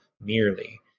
merely